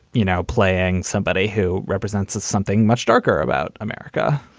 you know, playing somebody who represents something much darker about america,